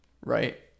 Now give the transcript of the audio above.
right